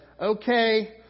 Okay